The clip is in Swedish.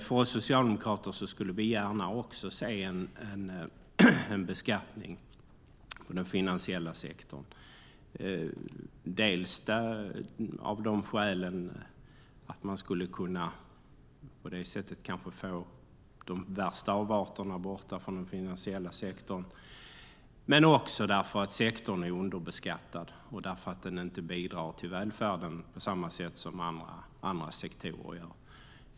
Vi socialdemokrater skulle gärna också se en beskattning av den finansiella sektorn, dels av skälet att man på det sättet kanske skulle kunna få bort de värsta avarterna från den finansiella sektorn, dels därför att sektorn är underbeskattad och inte bidrar till välfärden på samma sätt som andra sektorer.